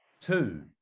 two